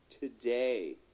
today